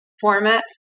format